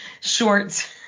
shorts